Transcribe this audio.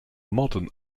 modern